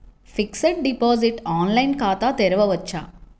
Fixed deposit online ఖాతా తెరువవచ్చా?